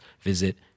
visit